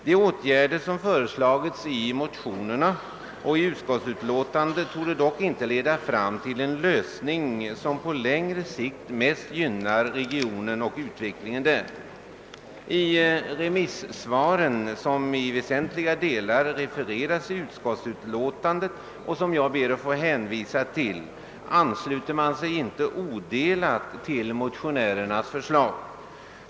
De åtgärder som föreslagits i motionerna och i utskottsutlåtandet torde dock inte leda fram till en lösning som på längre sikt mest gynnar regionen och utvecklingen där. I remissvaren, som i väsentliga delar refereras i utskottsutlåtandet och som jag ber att få hänvisa till, ansluter man sig inte odelat till motionärernas förslag.